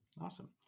Awesome